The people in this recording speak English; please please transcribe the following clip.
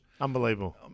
Unbelievable